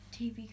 TV